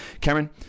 Cameron